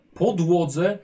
podłodze